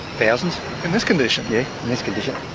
thousands. in this condition? yeah, in this condition.